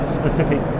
specific